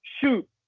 shoot